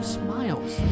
smiles